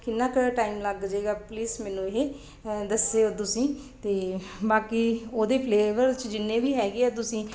ਕਿੰਨਾ ਕੁ ਥੋੜ੍ਹਾ ਟਾਈਮ ਲੱਗ ਜਾਵੇਗਾ ਪਲੀਜ਼ ਮੈਨੂੰ ਇਹ ਦੱਸਿਓ ਤੁਸੀਂ ਅਤੇ ਬਾਕੀ ਉਹਦੇ ਫਲੇਵਰ 'ਚ ਜਿੰਨੇ ਵੀ ਹੈਗੇ ਆ ਤੁਸੀਂ